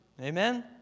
amen